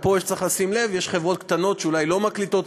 פה צריך לשים לב: יש חברות קטנות שאולי לא מקליטות.